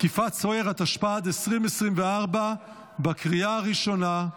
(תקיפת סוהר), התשפ"ד 2024, בקריאה הראשונה.